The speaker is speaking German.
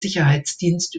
sicherheitsdienst